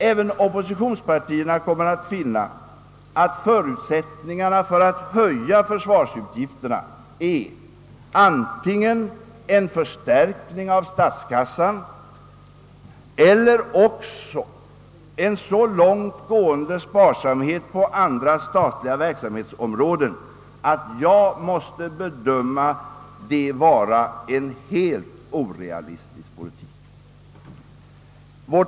Även oppositionspartierna kommer att finna, att förutsättningarna för att höja försvarsutgifterna antingen är en förstärkning av statskassan eller en så långt gående sparsamhet på andra statliga verksamhetsområden, att jag måste bedöma en sådan politik som helt orealistisk.